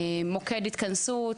מוקד התכנסות,